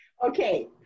Okay